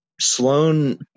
Sloane